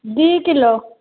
ଦୁଇ କିଲୋ